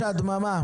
נמנעים.